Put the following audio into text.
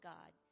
God